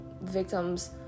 victims